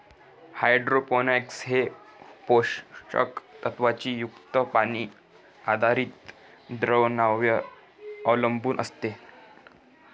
hydroponics हे पोषक तत्वांनी युक्त पाणी आधारित द्रावणांवर अवलंबून असते